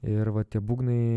ir va tie būgnai